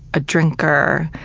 a drinker,